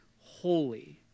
holy